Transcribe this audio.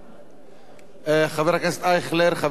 חבר הכנסת אייכלר, חבר הכנסת שטרית,